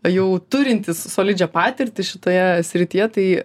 jau turintys solidžią patirtį šitoje srityje tai